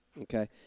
Okay